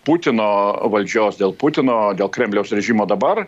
putino valdžios dėl putino dėl kremliaus režimo dabar